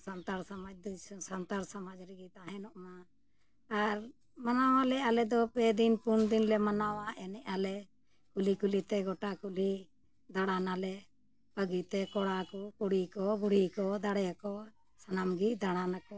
ᱥᱟᱱᱛᱟᱲ ᱥᱚᱢᱟᱡᱽ ᱥᱟᱱᱛᱟᱲ ᱥᱚᱢᱟᱡᱽ ᱨᱮᱜᱮ ᱛᱟᱦᱮᱱᱚᱜ ᱢᱟ ᱟᱨ ᱢᱟᱱᱟᱣᱟᱞᱮ ᱟᱞᱮ ᱫᱚ ᱯᱮ ᱫᱤᱱ ᱯᱩᱱ ᱫᱤᱱ ᱞᱮ ᱢᱟᱱᱟᱣᱟ ᱮᱱᱮᱡ ᱟᱞᱮ ᱠᱩᱞᱤ ᱠᱩᱞᱤ ᱛᱮ ᱜᱚᱴᱟ ᱠᱩᱞᱦᱤ ᱫᱟᱬᱟᱱᱟᱞᱮ ᱵᱷᱟᱹᱜᱤ ᱛᱮ ᱠᱚᱲᱟ ᱠᱚ ᱠᱩᱲᱤ ᱠᱚ ᱵᱩᱲᱦᱤ ᱠᱚ ᱫᱟᱲᱮ ᱠᱚ ᱥᱟᱱᱟᱢ ᱜᱮ ᱫᱟᱬᱟᱱᱟᱠᱚ